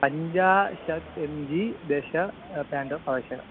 पञ्चाशत् M G दश पाण्टोप् अवश्यकं